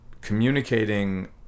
Communicating